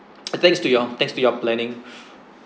uh thanks to y'all thanks to your planning